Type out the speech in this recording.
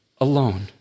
alone